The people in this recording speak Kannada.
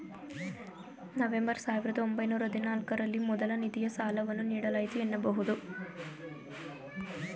ನವೆಂಬರ್ ಸಾವಿರದ ಒಂಬೈನೂರ ಹದಿನಾಲ್ಕು ರಲ್ಲಿ ಮೊದಲ ನಿಧಿಯ ಸಾಲವನ್ನು ನೀಡಲಾಯಿತು ಎನ್ನಬಹುದು